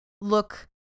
look